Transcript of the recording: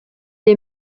est